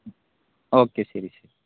ഒക്കെ ശരി ശരി